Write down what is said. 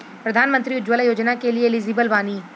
प्रधानमंत्री उज्जवला योजना के लिए एलिजिबल बानी?